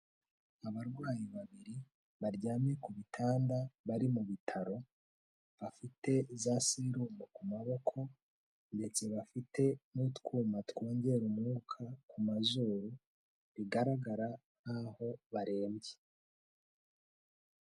Abarwayi babiri baryamye ku bitanda bari mu bitaro bafite za serumu ku maboko ndetse bafite n'utwuma twongera umwuka ku mazuru, bigaragara nk'ahoo barembye.